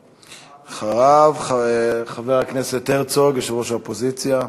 אחריו, חבר הכנסת הרצוג, יושב-ראש האופוזיציה,